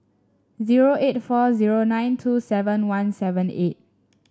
zero eight four zero nine two seven one seven eight